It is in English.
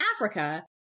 Africa